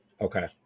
Okay